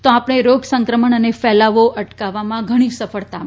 તો આપણે રોગ સંક્રમણ અને ફેલાવો અટકાવવામાં ઘણી સફળતા મેળવીશું